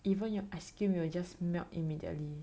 even your ice cream will just melt immediately